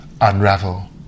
unravel